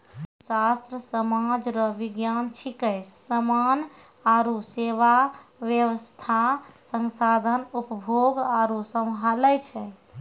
अर्थशास्त्र सामाज रो विज्ञान छिकै समान आरु सेवा वेवस्था संसाधन उपभोग आरु सम्हालै छै